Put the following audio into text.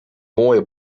moaie